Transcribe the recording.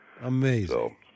Amazing